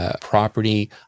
property